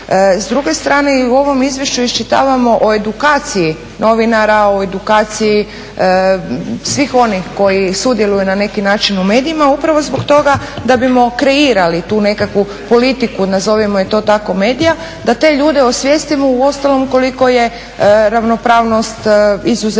S druge strane i u ovom izvješću iščitavamo o edukaciji novinara, o edukaciji svih oni koji sudjeluju na neki način u medijima upravo zbog toga da bi kreirali tu nekakvu politiku, nazovimo je to tako medija. Da te ljude osvijestimo uostalom koliko je ravnopravnost izuzetno